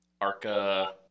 arca